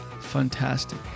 Fantastic